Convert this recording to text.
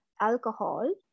alcohol